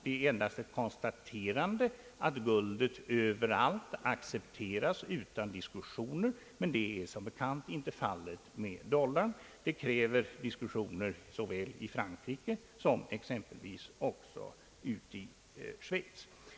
Det är endast ett konstaterande att guldet överallt accepteras utan diskussioner, men det är som bekant inte fallet med dollarn. Dollarn kräver diskussioner såväl i Frankrike som exempelvis också i Schweiz.